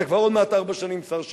אתה כבר עוד מעט ארבע שנים שר שיכון.